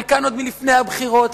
חלקן עוד לפני הבחירות,